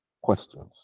Questions